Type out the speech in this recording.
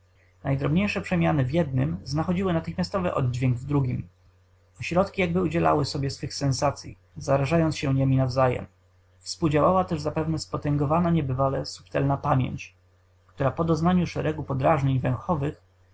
najdrobniejsze przemiany w jednym znachodziły natychmiastowy oddźwięk w drugim ośrodki jakby udzielały sobie swych senzacyi zarażając się niemi nawzajem współdziałała też zapewne spotęgowana niebywale subtelna pamięć która po doznaniu szeregu podrażnień